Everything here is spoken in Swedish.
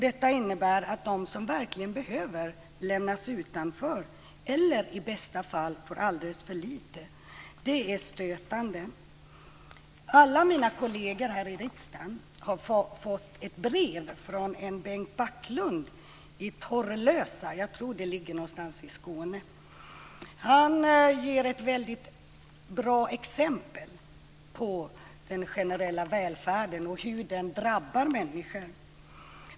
Detta innebär att de som verkligen behöver lämnas utanför eller i bästa fall får alldeles för lite. Det är stötande. Alla mina kolleger här i riksdagen har fått ett brev från Bengt Backlund i Torrlösa. Jag tror att det ligger någonstans i Skåne. Han ger ett bra exempel på hur den generella välfärden drabbar människor.